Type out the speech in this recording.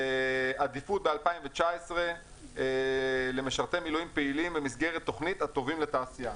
עדיפות ב-2019 למשרתי מילואים פעילים במסגרת התכנית "הטובים לתעשייה".